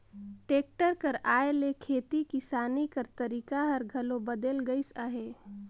tractor कर आए ले खेती किसानी कर तरीका हर घलो बदेल गइस अहे